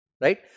Right